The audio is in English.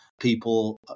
people